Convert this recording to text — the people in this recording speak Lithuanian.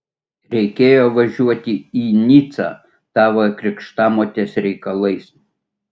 reikėjo važiuoti į nicą tavo krikštamotės reikalais